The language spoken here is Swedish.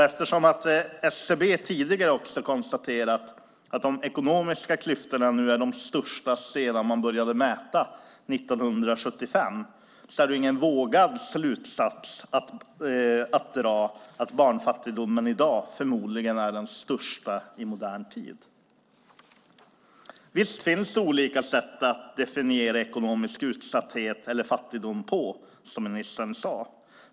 Eftersom SCB tidigare konstaterat att de ekonomiska klyftorna nu är de största sedan man började mäta 1975 är det ingen vågad slutsats att barnfattigdomen i dag förmodligen är den största i modern tid. Visst finns det olika sätt att definiera ekonomisk utsatthet eller fattigdom på, som ministern sade.